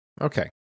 okay